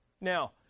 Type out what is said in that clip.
Now